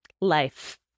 life